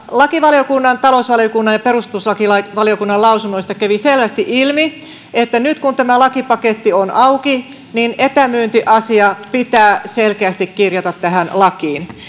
lakivaliokunnan talousvaliokunnan ja perustuslakivaliokunnan lausunnoista kävi selvästi ilmi että nyt kun tämä lakipaketti on auki etämyyntiasia pitää selkeästi kirjata tähän lakiin